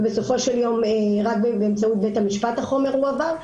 ובסופו של יום רק באמצעות בית המשפט החומר הועבר,